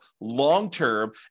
long-term